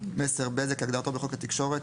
מסר בזק כהגדרתו בחוק התקשורת,